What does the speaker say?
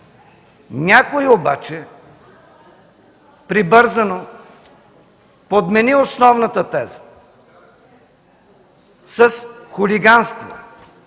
Някой обаче прибързано подмени основната теза с хулиганство.